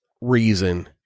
reason